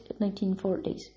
1940s